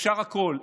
אפשר הכול.